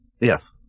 Yes